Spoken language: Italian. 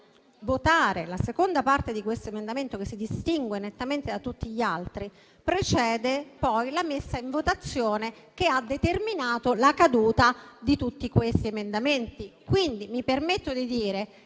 votare la seconda parte di questo emendamento, che si distingue nettamente da tutti gli altri, precede poi la messa ai voti che ha determinato la caduta di tutti questi emendamenti. Mi permetto quindi di